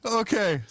okay